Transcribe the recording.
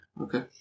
Okay